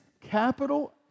capital